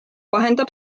vahendab